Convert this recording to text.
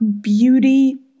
beauty